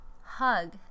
Hug